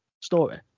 story